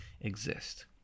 exist